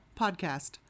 podcast